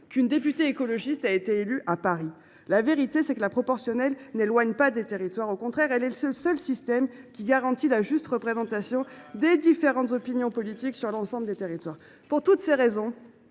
qu’une députée écologiste a été élue à Paris ? La vérité, c’est que la proportionnelle n’éloigne pas des territoires. Elle est au contraire le seul système qui garantit la juste représentation des différentes opinions politiques sur l’ensemble des territoires. Pour toutes ces raisons,